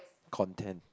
content